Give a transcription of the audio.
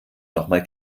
nochmal